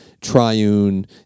triune